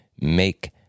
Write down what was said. make